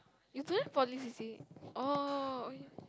you don't have poly c_c_a oh